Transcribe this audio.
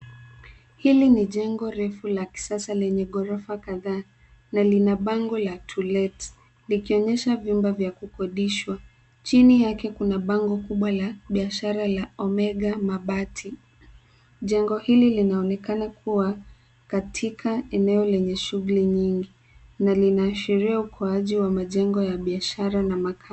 Hili ni jengo refu la kisasa lenye ghorofa kadhaa na lina bango la To Let likionyesha vyumba vya kukodishwa. Chini yake kuna bango kubwa la biashara la Omega mabati. Jengo hili linaonekana kuwa katika eneo lenye shughuli nyingi na linaashiria ukuaji wa majengo ya biashara na makazi.